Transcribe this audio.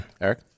Eric